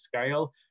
scale